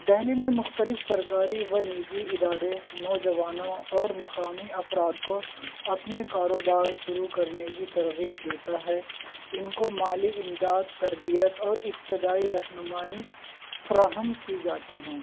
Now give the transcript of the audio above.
دہلی میں مختلف سرکاری و نجی ادارے نوجوانوں اور مقامی افراد کو اپنے کاروبار شروع کرنے کی ترغیب دیتا ہے ان کو مالی امداد تربیت اور ابتدائی رہنمائی فراہم کی جاتی ہیں